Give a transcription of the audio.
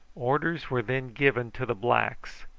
orders were then given to the blacks,